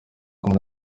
kumwe